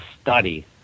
study